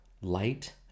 light